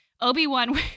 Obi-Wan